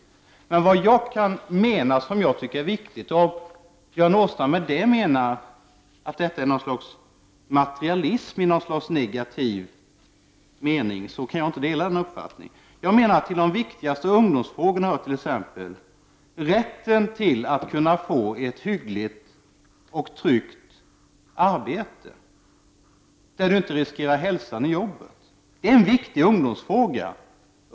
Om Göran Åstrand menar att det som jag tycker är viktigt i stället är någon sorts materialism i negativ mening, så kan jag inte dela hans uppfattning. Till de viktigaste ungdomsfrågorna hör t.ex. rätten att kunna få ett hyggligt och tryggt arbete där man inte riskerar sin hälsa. Det är en viktig ungdomsfråga.